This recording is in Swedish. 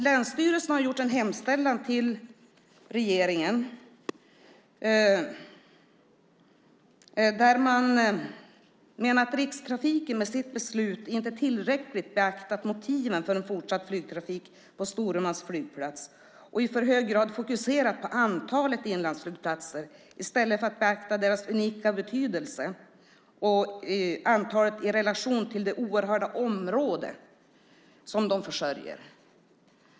Länsstyrelsen har gjort en hemställan till regeringen där man menar att Rikstrafiken med sitt beslut inte tillräckligt beaktat motiven för en fortsatt flygtrafik på Storumans flygplats. Man har i för hög grad fokuserat på antalet inlandsflygplatser i stället för att beakta deras unika betydelse och antalet i relation till det oerhörda område som de försörjer.